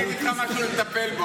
אני אגיד לך משהו לטפל בו,